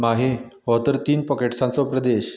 माहे हो तर तीन पॉकेट्साचो प्रदेश